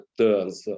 turns